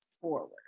forward